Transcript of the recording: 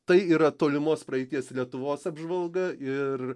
tai yra tolimos praeities lietuvos apžvalga ir